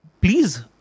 please